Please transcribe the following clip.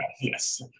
Yes